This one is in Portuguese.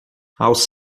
aos